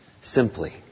simply